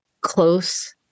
close